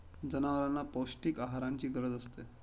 जनावरांना पौष्टिक आहाराची गरज असते